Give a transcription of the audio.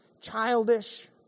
childish